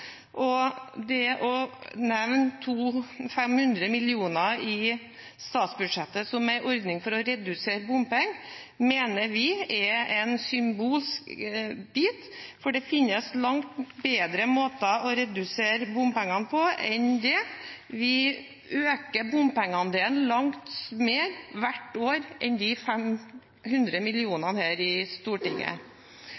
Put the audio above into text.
enkeltmennesker, og å nevne 500 mill. kr i statsbudsjettet som en ordning for å redusere bompengene, mener vi er en symbolsk bit, for det finnes langt bedre måter å redusere bompengene på enn det. Vi øker bompengeandelen langt mer hvert år enn de 500